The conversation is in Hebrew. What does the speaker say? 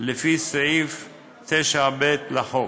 לפי סעיף 9(ב) לחוק.